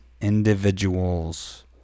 individuals